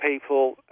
people